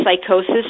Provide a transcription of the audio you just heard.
psychosis